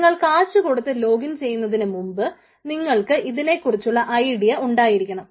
നിങ്ങൾ കാശുകൊടുത്തു ലോഗിൻ ചെയ്യുന്നതിനു മുമ്പ് നിങ്ങൾക്ക് ഇതിനെക്കുറിച്ചുള്ള ഐഡിയ ഉണ്ടായിരിക്കണം